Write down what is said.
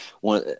one